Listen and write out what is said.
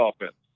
offense